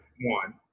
One